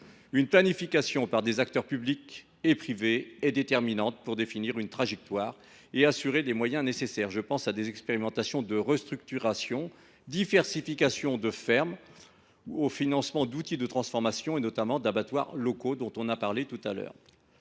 Une planification par des acteurs publics, mais aussi privés, est déterminante pour définir une trajectoire et assurer les moyens nécessaires : je pense à des expérimentations de restructurations diversifications de fermes, ou encore au financement d’outils de transformation, notamment d’abattoirs locaux. Lors des concertations mises